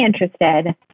interested